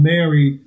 Mary